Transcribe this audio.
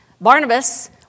Barnabas